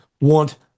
want